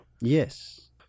Yes